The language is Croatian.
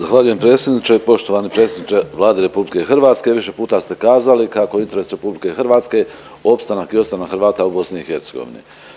Zahvaljujem predsjedniče i poštovani predsjedniče Vlade RH više puta ste kazali kako je interes RH opstanak i ostanak Hrvata u BiH.